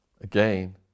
Again